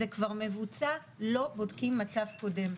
זה כבר מבוצע, לא בודקים מצב קודם.